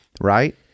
Right